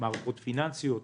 מערכות פיננסיות,